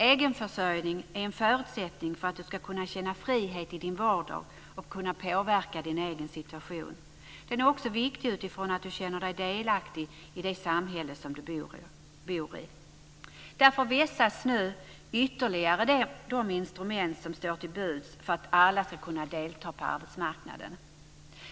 Egenförsörjning är en förutsättning för att du ska kunna känna frihet i din vardag och kunna påverka din egen situation. Den är också viktig genom att du känner dig delaktig i det samhälle som du bor i. Därför vässas nu ytterligare de instrument som står till buds för att alla ska kunna delta på arbetsmarknaden.